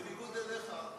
בניגוד אליך,